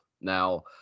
Now